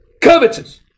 Covetous